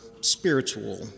spiritual